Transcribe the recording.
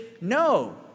No